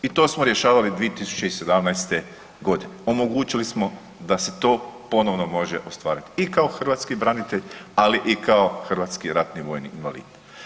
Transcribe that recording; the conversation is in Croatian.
I to smo rješavali 2017. godine omogućili smo da se to ponovno može ostvariti i kao hrvatski branitelj, ali i kao hrvatski ratni vojni invalid.